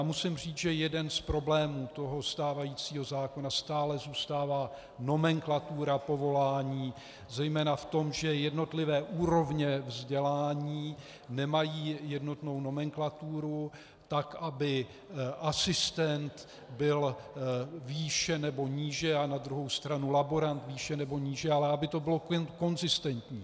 Musím říct, že jeden z problémů stávajícího zákona stále zůstává nomenklatura povolání, zejména v tom, že jednotlivé úrovně vzdělání nemají jednotnou nomenklaturu, tak aby asistent byl výše nebo níže, a na druhou stranu laborant výše nebo níže, ale aby to bylo konzistentní.